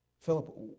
Philip